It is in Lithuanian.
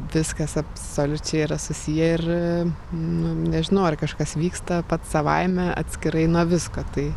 viskas absoliučiai yra susiję ir nu nežinau ar kažkas vyksta pats savaime atskirai nuo visko tai